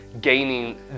Gaining